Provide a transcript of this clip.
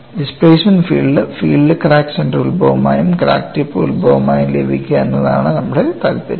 displacement field field crack centre ഉത്ഭവമായും crack tip ഉത്ഭവമായും ലഭിക്കുക എന്നതാണ് നമ്മുടെ താൽപ്പര്യം